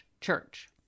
church